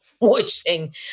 watching